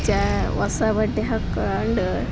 ಜಾ ಹೊಸ ಬಟ್ಟೆ ಹಾಕೊಂಡು